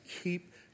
keep